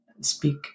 speak